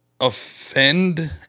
offend